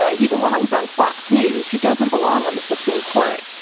ah he belongs on fox news, he doesn't belong on the supreme court.